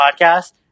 podcast